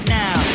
now